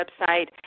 website